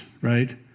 right